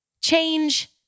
Change